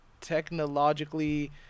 technologically